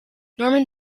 norman